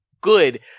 good